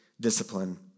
discipline